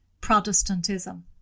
Protestantism